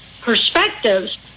perspectives